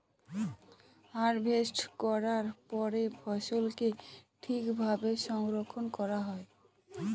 harvest করার পরে ফসলকে ঠিক ভাবে সংরক্ষন করা হয়